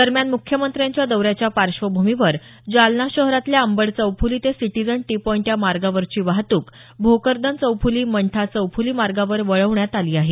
दरम्यान मुख्यमंत्र्यांच्या दौऱ्याच्या पार्श्वभूमीवर जालना शहरातल्या अंबड चौफ़्ली ते सिटीजन टी पॉईंट या मार्गावरची वाहतूक भोकरदन चौफ़ुली मंठा चौफुली मार्गावर वळवण्यात आली आहे